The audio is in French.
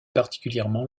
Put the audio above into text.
particulièrement